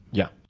yeah.